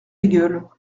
bégueule